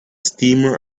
streamer